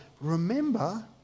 Remember